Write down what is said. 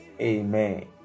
Amen